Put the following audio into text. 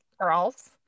girls